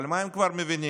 אבל מה הם כבר מבינים?